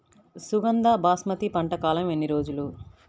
సుగంధ బాస్మతి పంట కాలం ఎన్ని రోజులు?